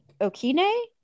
Okine